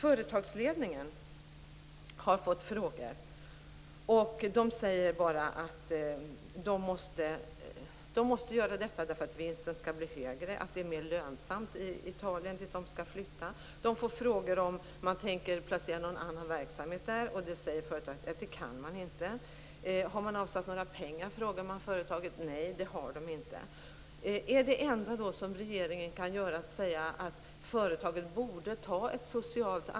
Företagsledningen har fått frågor, och den svarar bara att den måste göra detta för att vinsten skall bli högre, att det är mer lönsamt i Italien, dit produktionen skall flyttas. Man har frågat företagsledningen om den tänker placera någon annan verksamhet i Alingsås, och det säger den att den inte kan. Har företaget avsatt några pengar? har man frågat företaget. Nej, det har det inte.